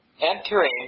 entering